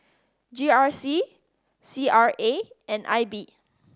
G R C C R A and I B